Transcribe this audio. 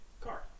car